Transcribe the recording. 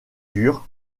dures